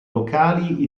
locali